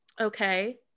okay